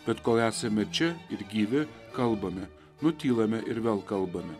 bet kol esame čia ir gyvi kalbame nutylame ir vėl kalbame